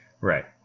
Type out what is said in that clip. Right